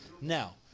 Now